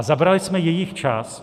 A zabrali jsme jejich čas.